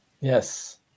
Yes